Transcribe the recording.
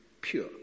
pure